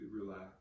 relax